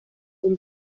son